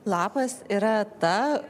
lapas yra ta